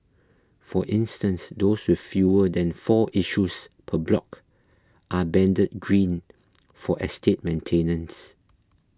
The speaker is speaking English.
for instance those with fewer than four issues per block are banded green for estate maintenance